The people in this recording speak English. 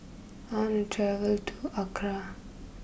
I want to travel to Accra